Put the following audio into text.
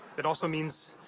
it also means,